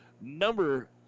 Number